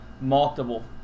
multiple